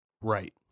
Right